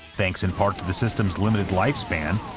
thanks in part to the system's limited lifespan,